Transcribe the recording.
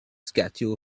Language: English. schedule